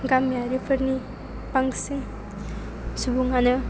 गामियारिफोरनि बांसिन सुबुङानो